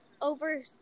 over